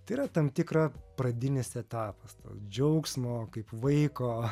tai yra tam tikra pradinis etapas to džiaugsmo kaip vaiko